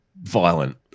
violent